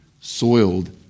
soiled